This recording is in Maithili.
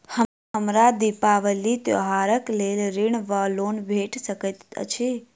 हमरा दिपावली त्योहारक लेल ऋण वा लोन भेट सकैत अछि?